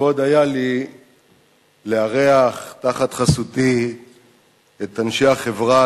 לכבוד היה לי לארח תחת חסותי את אנשי החברה,